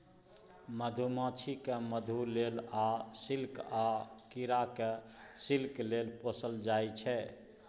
मधुमाछी केँ मधु लेल आ सिल्कक कीरा केँ सिल्क लेल पोसल जाइ छै